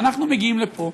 ואנחנו מגיעים לפה,